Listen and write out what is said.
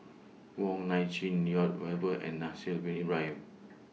Wong Nai Chin Lloyd Valberg and Haslir Bin Ibrahim